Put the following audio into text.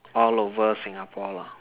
all over Singapore lah